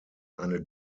eine